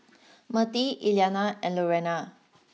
Mertie Elliana and Lurena